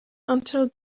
until